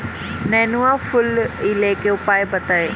नेनुआ फुलईले के उपाय बताईं?